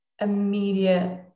immediate